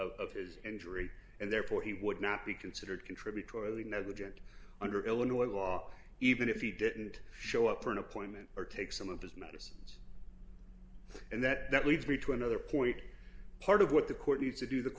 his injury and therefore he would not be considered contributory negligence under illinois law even if he didn't show up for an appointment or take some of his medicines and that leads me to another point part of what the court needs to do the